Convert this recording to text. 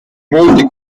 molti